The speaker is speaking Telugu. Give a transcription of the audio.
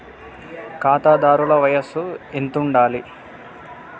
ఖాతాదారుల వయసు ఎంతుండాలి?